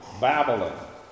Babylon